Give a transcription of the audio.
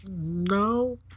No